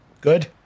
Good